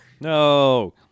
No